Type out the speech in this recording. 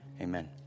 Amen